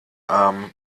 arm